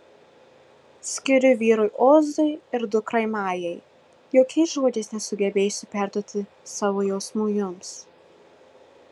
skiriu vyrui ozui ir dukrai majai jokiais žodžiais nesugebėsiu perduoti savo jausmų jums